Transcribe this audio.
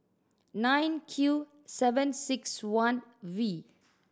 nine Q seven six one V